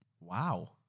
Wow